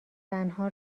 زنها